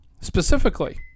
specifically